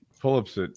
Pull-ups